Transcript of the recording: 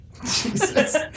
Jesus